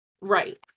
Right